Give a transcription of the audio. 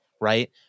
right